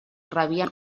rebien